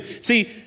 See